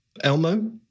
Elmo